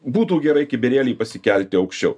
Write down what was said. būtų gerai kibirėlį pasikelti aukščiau